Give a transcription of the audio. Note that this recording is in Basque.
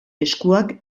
eskuak